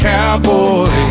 Cowboy